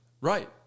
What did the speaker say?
Right